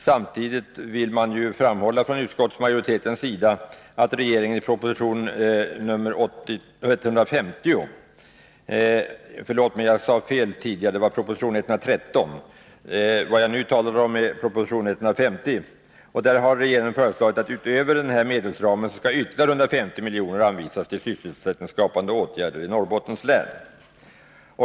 Samtidigt framhåller utskottsmajoriteten att regeringen i proposition 150 har föreslagit att utöver denna medelsram skall anvisas ytterligare 150 milj.kr. för sysselsättningsskapande åtgärder i Norrbottens län.